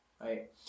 right